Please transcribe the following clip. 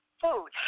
food